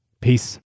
Peace